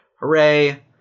hooray